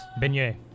Beignet